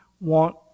want